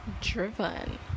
driven